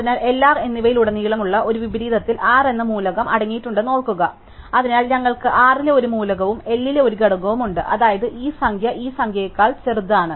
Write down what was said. അതിനാൽ L R എന്നിവയിലുടനീളമുള്ള ഒരു വിപരീതത്തിൽ R എന്ന മൂലകം അടങ്ങിയിട്ടുണ്ടെന്ന് ഓർക്കുക അതിനാൽ ഞങ്ങൾക്ക് R ലെ ഒരു മൂലകവും L ലെ ഒരു ഘടകവുമുണ്ട് അതായത് ഈ സംഖ്യ ഈ സംഖ്യയേക്കാൾ ചെറുതാണ്